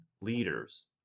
leaders